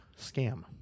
Scam